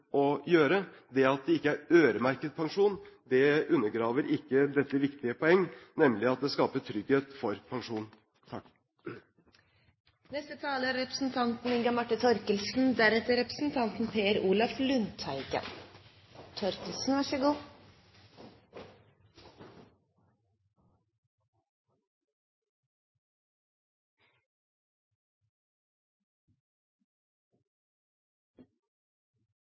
å gjøre. Det at det ikke er øremerket pensjon, undergraver ikke dette viktige poenget, nemlig at det skaper trygghet for pensjonen.